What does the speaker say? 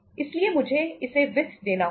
इसलिए मुझे इसे वित्त देना होगा